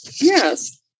Yes